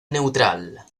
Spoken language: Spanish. neutral